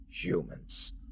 humans